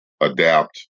adapt